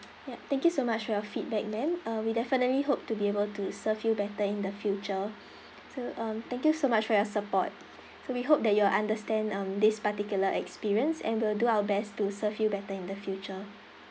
ya thank you so much for your feedback ma'am uh we definitely hope to be able to serve you better in the future so um thank you so much for your support so we hope that you will understand um this particular experience and we'll do our best to serve you better in the future